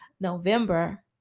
November